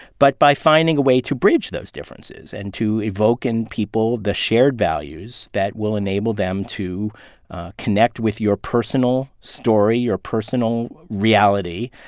but by finding a way to bridge those differences and to evoke in people the shared values that will enable them to connect with your personal story, your personal reality,